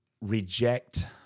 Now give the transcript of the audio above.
reject